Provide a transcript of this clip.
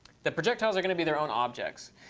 the projectiles are going to be their own objects.